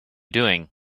doing